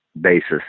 basis